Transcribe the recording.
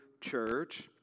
church